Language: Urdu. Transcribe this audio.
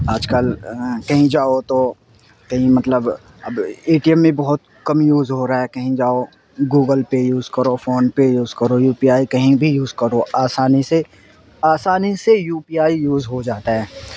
آج کل کہیں جاؤ تو کہیں مطلب اب اے ٹی ایم میں بہت کم یوز ہو رہا ہے کہیں جاؤ گوگل پے یوز کرو فون پے یوز کرو یو پی آئی کہیں بھی یوز کرو آسانی سے آسانی سے یو پی آئی یوز ہو جاتا ہے